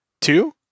two